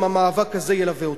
גם המאבק הזה ילווה אותנו.